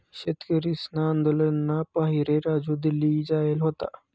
शेतकरीसना आंदोलनना पाहिरे राजू दिल्ली जायेल व्हता